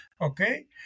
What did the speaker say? Okay